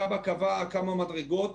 כב"א קבעה כמה מדרגות,